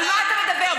על מה אתה מדבר?